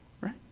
right